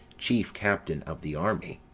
chief captain of the army.